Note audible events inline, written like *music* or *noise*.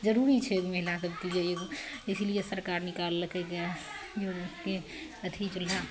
जरूरी छै महिला सबके लिए इसलिए सरकार निकालकै गैस *unintelligible* अथी चूल्हा